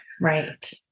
Right